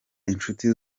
inshuti